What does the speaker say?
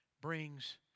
brings